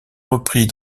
repris